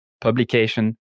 publication